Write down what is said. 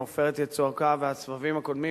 מ"עופרת יצוקה" והסבבים הקודמים,